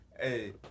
Hey